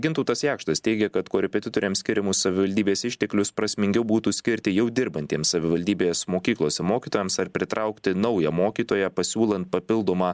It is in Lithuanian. gintautas jakštas teigia kad korepetitoriams skiriamus savivaldybės išteklius prasmingiau būtų skirti jau dirbantiems savivaldybės mokyklose mokytojams ar pritraukti naują mokytoją pasiūlant papildomą